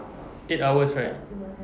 eight hours right